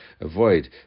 avoid